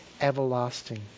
everlasting